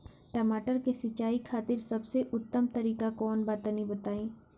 टमाटर के सिंचाई खातिर सबसे उत्तम तरीका कौंन बा तनि बताई?